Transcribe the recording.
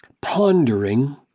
pondering